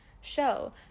show